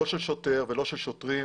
לא של שוטר ולא של שוטרים,